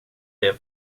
det